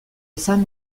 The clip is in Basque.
izan